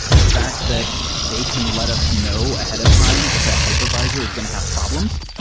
the fact that they can let us know ahead of time if a hypervisor is going to have problems.